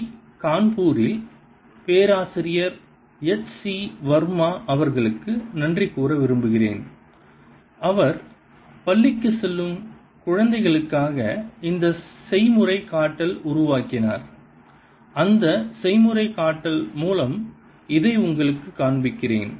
D கான்பூரில் பேராசிரியர் H C Varma அவர்களுக்கு நன்றி கூற விரும்புகிறேன் அவர் பள்ளிக்குச் செல்லும் குழந்தைகளுக்காக இந்த செய்முறைகாட்டல் உருவாக்கினார் அந்த செய்முறைகாட்டல் மூலம் இதை உங்களுக்குக் காண்பிக்கிறேன்